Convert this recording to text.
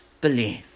believe